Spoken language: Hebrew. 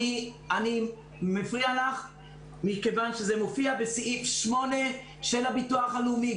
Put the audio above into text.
זה מופיע בסעיף 8 של הביטוח הלאומי.